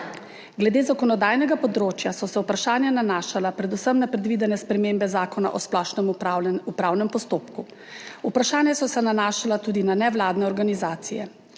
Glede zakonodajnega področja so se vprašanja nanašala predvsem na predvidene spremembe Zakona o splošnem upravnem postopku. Vprašanja so se nanašala tudi na nevladne organizacije.